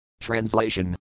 TRANSLATION